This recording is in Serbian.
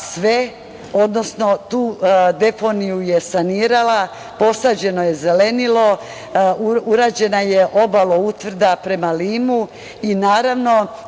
sve, odnosno tu deponiju je sanirala. Posađeno je zelenilo, urađena je obala utvrda prema Limu i, naravno,